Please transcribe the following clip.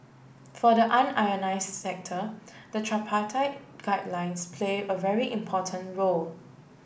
for the sector the tripartite guidelines play a very important role